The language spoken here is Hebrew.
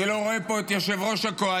אני לא רואה פה את יושב-ראש הקואליציה,